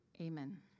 Amen